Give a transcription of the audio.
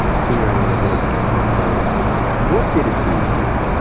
um senior editor at little brown and a fine individual. what did it do to you,